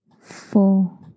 four